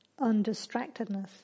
undistractedness